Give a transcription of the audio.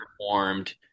performed